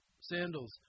sandals